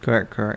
correct correct